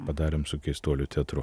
padarėm su keistuolių teatru